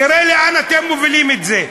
תראה לאן אתם מובילים את זה.